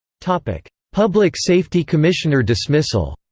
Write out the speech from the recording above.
public public safety commissioner dismissal